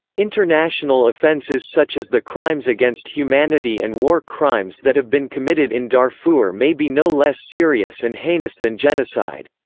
international offences such as the crimes against humanity and war crimes that have been committed in darfur may be no less serious and heinous than genocide.